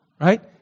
right